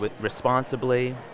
responsibly